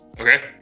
okay